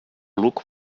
look